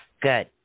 Good